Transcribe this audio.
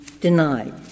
denied